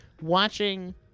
watching